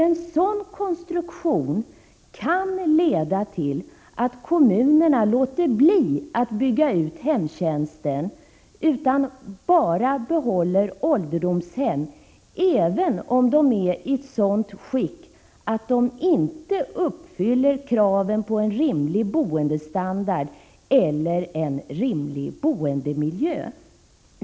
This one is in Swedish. En sådan konstruktion kan nämligen leda till att kommunerna låter bli att bygga ut hemtjänsten och i stället behåller ålderdomshemmen, även om dessa inte är i sådant skick att de uppfyller kraven på en rimlig boendestandard och en rimlig boendemiljö.